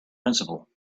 principle